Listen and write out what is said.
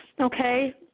Okay